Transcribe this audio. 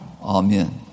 Amen